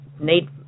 need